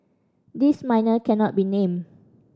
the minor cannot be named